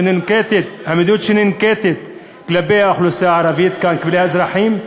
שננקטת כלפי האוכלוסייה הערבית כאן, האזרחים,